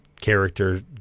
character